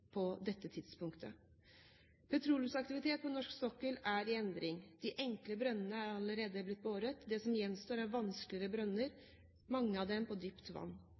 tidsfrister. Dette viser at ulykker også kan skje på norsk sokkel, og at vi var svært nær en storulykke på det tidspunktet. Petroleumsaktivitet på norsk sokkel er i endring. De enkle brønnene er allerede blitt boret. Det som gjenstår,